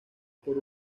por